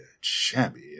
shabby